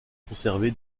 conservé